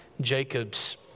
Jacob's